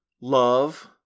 love